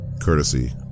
courtesy